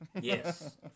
Yes